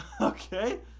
Okay